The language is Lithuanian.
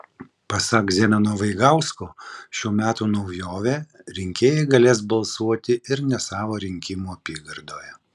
pasak zenono vaigausko šių metų naujovė rinkėjai galės balsuoti ir ne savo rinkimų apygardoje